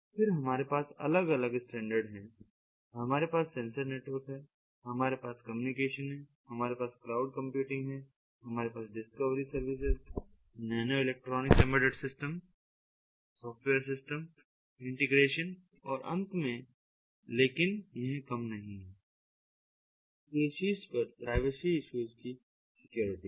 फिर हमारे पास अलग अलग स्टैंडर्ड हैं हमारे पास सेंसर नेटवर्क हैं हमारे पास कम्युनिकेशन है हमारे पास क्लाउड कंप्यूटिंग है हमारे पास discovery services nanoelectronic embedded system software system integration और अंत में लेकिन यह कम नहीं है कि शीर्ष पर प्राइवेसी इश्यूज की सिक्योरिटी है